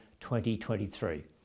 2023